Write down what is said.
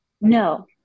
No